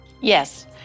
Yes